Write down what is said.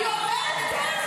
היא אומרת כן.